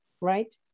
right